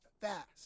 fast